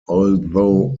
although